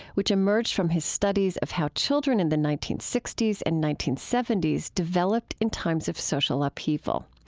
which emerged from his studies of how children in the nineteen sixty s and nineteen seventy s developed in times of social upheaval.